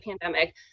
pandemic